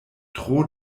tro